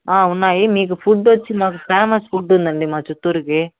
ఉన్నాయి మీకు ఫుడ్ వచ్చి మాకు ఫేమస్ ఫుడ్ ఉందండి మా చిత్తూరుకి